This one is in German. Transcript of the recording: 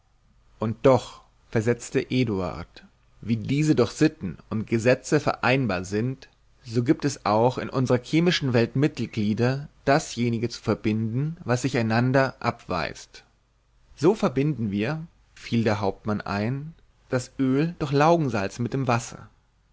und doch versetzte eduard wie diese durch sitten und gesetze vereinbar sind so gibt es auch in unserer chemischen welt mittelglieder dasjenige zu verbinden was sich einander abweist so verbinden wir fiel der hauptmann ein das öl durch laugensalz mit dem wasser